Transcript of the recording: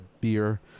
beer